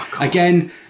Again